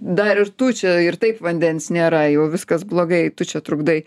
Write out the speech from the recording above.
dar ir tu čia ir taip vandens nėra jau viskas blogai tu čia trukdai